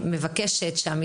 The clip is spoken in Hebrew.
אפשר לדעת מה המודל?